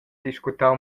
discutau